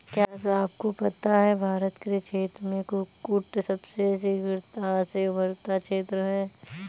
क्या आपको पता है भारत कृषि क्षेत्र में कुक्कुट सबसे शीघ्रता से उभरता क्षेत्र है?